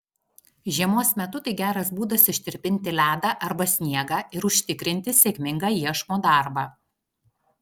žiemos metu tai geras būdas ištirpinti ledą arba sniegą ir užtikrinti sėkmingą iešmo darbą